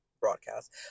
broadcast